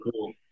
cool